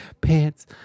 pants